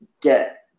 get